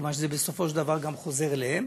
מכיוון שבסופו של דבר זה גם חוזר אליהם.